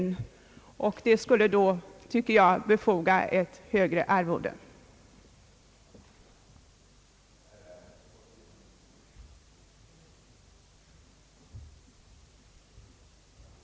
Det tycker jag skulle motivera ett högre arvode för de arbetskrävande fallen.